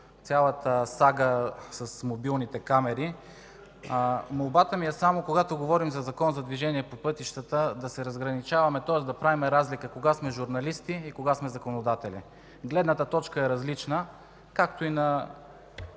цялата сага с мобилните камери. Молбата ми е само, когато говорим за Закона за движение по пътищата, да се разграничаваме, тоест да правим разлика кога сме журналисти и кога сме законодатели. Гледната точка е различна, както и на